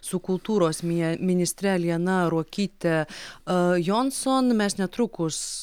su kultūros mia ministre liana ruokyte johnson mes netrukus